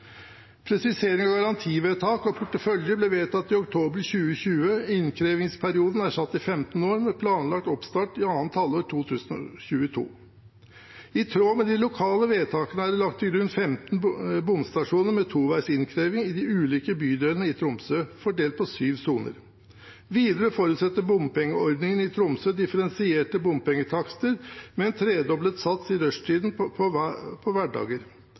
Presisering av garantivedtak og portefølje ble vedtatt i oktober 2020. Innkrevingsperioden er satt til 15 år, med planlagt oppstart i annet halvår 2022. I tråd med de lokale vedtakene er det lagt til grunn 15 bomstasjoner med toveis innkreving i de ulike bydelene i Tromsø, fordelt på syv soner. Videre forutsetter bompengeordningen i Tromsø differensierte bompengetakster med en tredoblet sats i rushtiden på hverdager. Bypakken er basert på